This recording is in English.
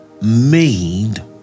made